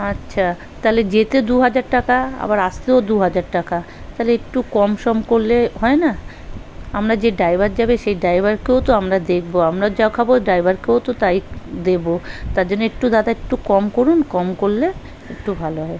আচ্ছা তাহলে যেতে দু হাজার টাকা আবার আসতেও দু হাজার টাকা তাহলে একটু কমসম করলে হয় না আমরা যে ড্রাইভার যাবে সেই ড্রাইভারকেও তো আমরা দেখব আমরাও যা খাব ড্রাইভারকেও তো তাই দেবো তার জন্য একটু দাদা একটু কম করুন কম করলে একটু ভালো হয়